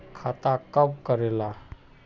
खाता कब करेला?